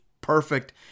perfect